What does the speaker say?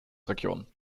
region